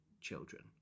children